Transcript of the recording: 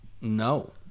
No